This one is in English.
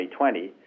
2020